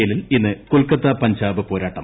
എല്ലിൽ ഇന്ന് കൊൽക്കത്ത പഞ്ചാബ് പോരാട്ടം